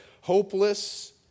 hopeless